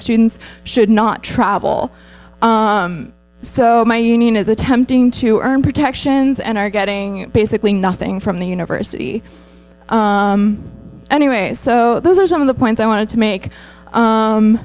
students should not travel so my union is attempting to earn protections and are getting basically nothing from the university anyways so those are some of the points i wanted to make